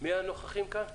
מי הנוכחים כאן?